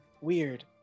weird